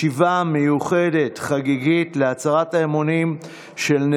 ישיבה מיוחדת חגיגית להצהרת האמונים של